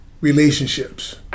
relationships